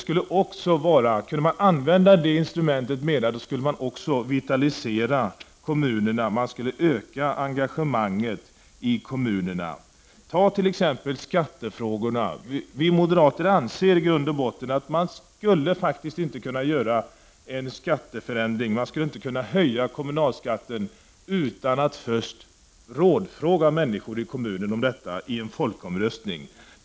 Kunde man använda det instrumentet mera skulle man också vitalisera kommunerna och öka engagemanget i kommunerna. Som exempel kan jag nämna skattefrågorna. Vi moderater anser i grund och botten att det inte skall vara möjligt för kommunerna att höja kommunalskatten utan att först rådfråga människorna i kommunen om detta genom en folkomröstning.